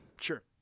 Sure